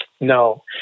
no